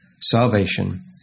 salvation